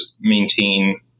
maintain